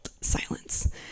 Silence